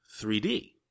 3D